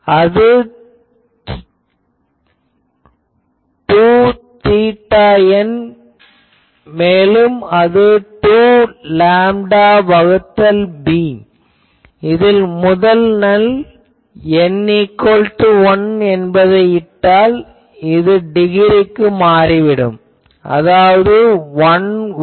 அது 2 θn மேலும் அது 2 லேம்டா வகுத்தல் b இதில் முதல் நல் n1 என்பதை இட்டால் இது டிகிரிக்கு மாறிவிடும் அதாவது 114